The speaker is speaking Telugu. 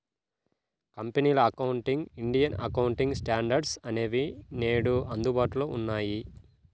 కంపెనీల అకౌంటింగ్, ఇండియన్ అకౌంటింగ్ స్టాండర్డ్స్ అనేవి నేడు అందుబాటులో ఉన్నాయి